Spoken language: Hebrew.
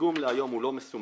הפיגום היום הוא לא מסומן,